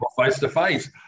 face-to-face